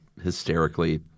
hysterically